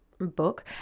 book